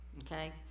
okay